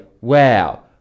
wow